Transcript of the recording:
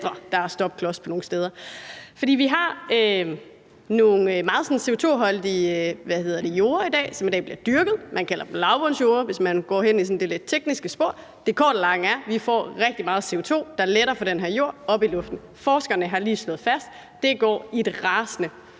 der er stopklodsen nogle steder. Vi har nogle meget CO2-holdige jorder, som i dag bliver dyrket. Man kalder dem lavbundsjorder, hvis man går ned ad det sådan lidt tekniske spor. Det korte af det lange er, at der er rigtig meget CO2, der letter fra den her jord og stiger op i luften. Forskerne har lige slået fast, at det foregår i et rasende